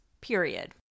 period